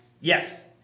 Yes